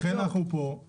לכן אנחנו פה.